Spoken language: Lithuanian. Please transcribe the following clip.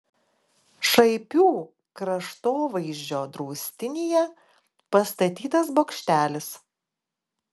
šaipių kraštovaizdžio draustinyje pastatytas bokštelis